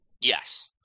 Yes